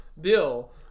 Bill